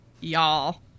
y'all